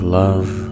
love